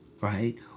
right